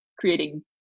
creating